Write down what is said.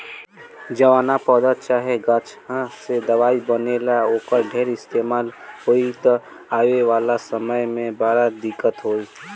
जवना पौधा चाहे गाछ से दवाई बनेला, ओकर ढेर इस्तेमाल होई त आवे वाला समय में बड़ा दिक्कत होई